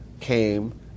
came